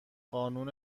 قانون